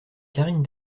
karine